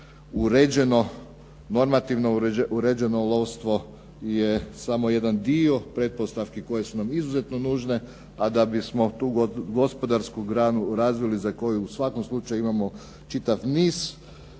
na žalost normativno uređeno lovstvo je samo jedan dio pretpostavke koje su nam izuzetno nužne, a da bismo tu gospodarsku granu razvili za koju u svakom slučaju imamo čitav niz